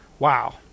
Wow